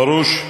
פרוש.